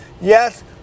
yes